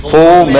Full